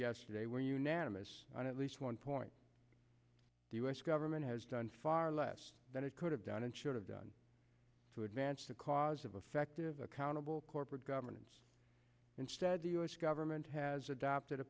yesterday when unanimous on at least one point the us government has done far less than it could have done and should have done to advance the cause of effective accountable corporate governance instead the us government has adopted a